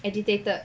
agitated